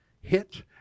hit